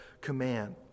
command